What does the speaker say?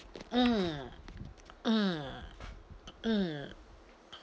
mm mm mm